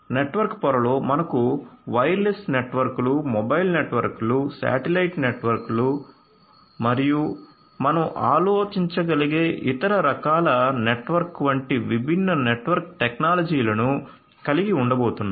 network పొరలో మనం wireless నెట్వర్క్లు మొబైల్ నెట్వర్క్లు శాటిలైట్ నెట్వర్క్లు మరియు మనం ఆలోచించగలిగే ఇతర రకాల నెట్వర్క్ వంటి విభిన్న నెట్వర్క్ టెక్నాలజీలను కలిగి ఉండబోతున్నాము